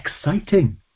exciting